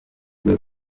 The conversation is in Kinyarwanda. rwe